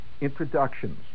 introductions